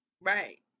Right